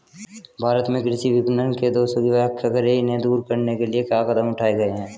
भारत में कृषि विपणन के दोषों की व्याख्या करें इन्हें दूर करने के लिए क्या कदम उठाए गए हैं?